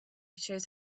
shows